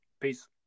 Peace